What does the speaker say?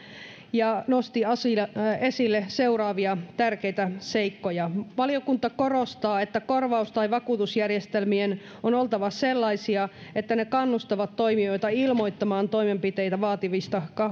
ja nosti esille seuraavia tärkeitä seikkoja valiokunta korostaa että korvaus tai vakuutusjärjestelmien on oltava sellaisia että ne kannustavat toimijoita ilmoittamaan toimenpiteitä vaativista